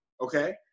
okay